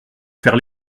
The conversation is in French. faire